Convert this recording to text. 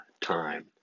time